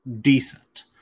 decent